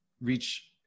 reach